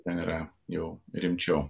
ten yra jau rimčiau